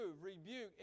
rebuke